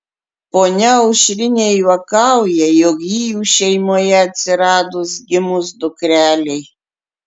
ponia aušrinė juokauja jog ji jų šeimoje atsirado gimus dukrelei